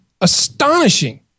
astonishing